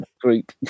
group